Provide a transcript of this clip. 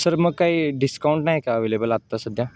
sir मग काही discount नाही का अवेलेबल आत्ता सध्या